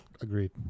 Agreed